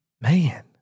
man